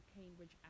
Cambridge